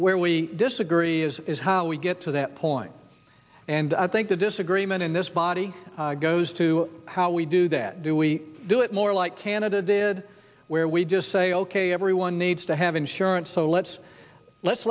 where we disagree is is how we get to that point and i think the disagreement in this body goes to how we do that do we do it more like canada did where we just say ok everyone needs to have insurance so let's let's